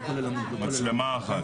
מצלמה אחת.